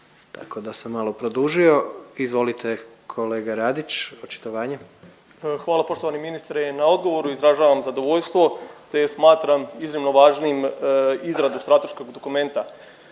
tako da sam malo produžio. Izvolite, kolega Radić, očitovanje. **Radić, Ivan (HDZ)** Hvala poštovani ministre na odgovoru, izražavam zadovoljstvo te smatram iznimno važnim izradu strateškog dokumenta